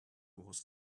was